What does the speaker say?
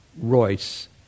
Royce